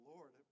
Lord